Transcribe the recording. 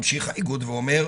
ממשיך האיגוד ואומר,